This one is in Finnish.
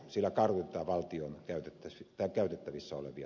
sillä kartutetaan valtion käytettävissä olevia tuloja